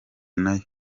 nayo